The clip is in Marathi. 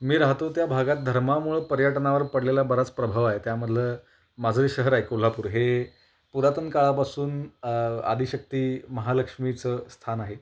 मी राहतो त्या भागात धर्मामुळं पर्यटनावर पडलेला बराच प्रभाव आहे त्यामधलं माझं जे शहर आहे कोल्हापूर हे पुरातनकाळापासून आदिशक्ती महालक्ष्मीचं स्थान आहे